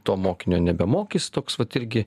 to mokinio nebemokys toks vat irgi